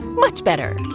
much better.